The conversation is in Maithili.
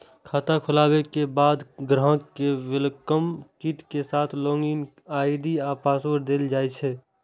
खाता खोलाबे के बाद ग्राहक कें वेलकम किट के साथ लॉग इन आई.डी आ पासवर्ड देल जाइ छै